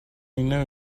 knew